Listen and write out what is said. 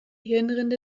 hirnrinde